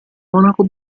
monaco